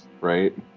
right